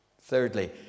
Thirdly